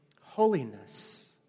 holiness